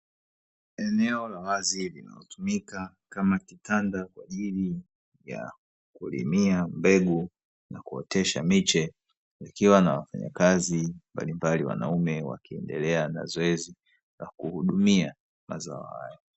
Eneo la wazi linalotumika kama kitanda kwa ajili ya kulimia mbegu na kuotesha miche. Kukiwa na wafanya kazi mbalimbali wanaume wakiendelea na zoezi la kuhudumia mazao haya.